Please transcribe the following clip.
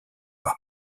pas